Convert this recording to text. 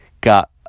Got